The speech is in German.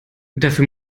dafür